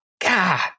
god